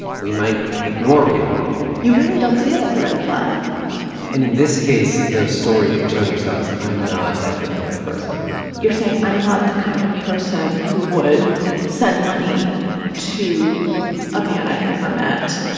we might ignore reality you really don't see it as a red flag and in this case, the story that you're telling yourself is, i'm not that gullible person you're saying, i'm not the kind of person who would send money to a man i've never met.